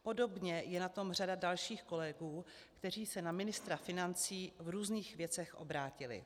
Podobně je na tom řada dalších kolegů, kteří se na ministra financí v různých věcech obrátili.